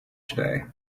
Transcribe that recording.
today